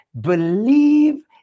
believe